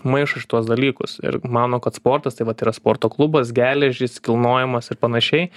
maišo šituos dalykus ir mano kad sportas tai vat yra sporto klubas geležys kilnojimas ir panašiai